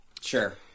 Sure